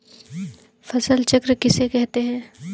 फसल चक्र किसे कहते हैं?